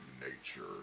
nature